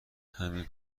همین